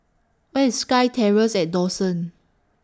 Where IS SkyTerrace At Dawson